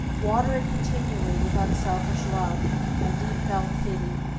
water it continually with unselfish love and deep-felt pity,